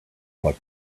what